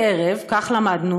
ומדי ערב, כך למדנו,